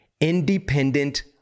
independent